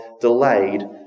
delayed